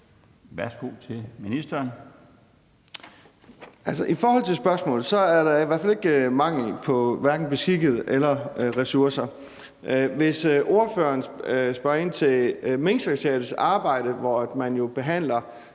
(Thomas Danielsen): I forhold til spørgsmålet kan jeg sige, at der i hvert fald ikke er mangel på hverken beskikkede eller ressourcer. Hvis ordføreren spørger ind til Minksekretariatets arbejde, hvor man jo behandler